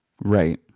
Right